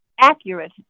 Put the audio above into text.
accurate